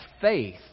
faith